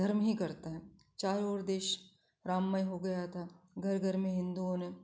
धर्म ही करता है चारों ओर देश राममय हो गया था घर घर में हिंदुओं ने